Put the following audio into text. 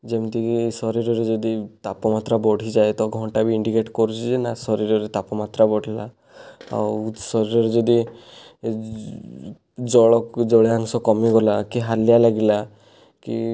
ଯେମିତିକି ଶରୀରରେ ଯଦି ତାପମାତ୍ରା ବଢ଼ିଯାଏ ତ ଘଣ୍ଟା ବି ଇଣ୍ଡିକେଟ କରୁଛି ଯେ ନା ଶରୀରର ତାପମାତ୍ରା ବଢ଼ିଲା ଆଉ ଶରୀରରେ ଯଦି ଜଳ କି ଜଳୀୟାଂଶ କମିଗଲା କି ହାଲିଆ ଲାଗିଲା କି